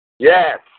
Yes